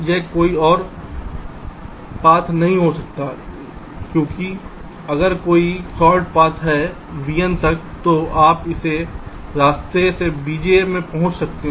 यह कोई और रास्ता नहीं हो सकता है क्योंकि अगर कोई छोटा रास्ताvn तक है तो आप उस रास्ते से vj से पहुंच सकते हैं